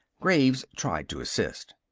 graves tried to assist.